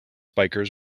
bikers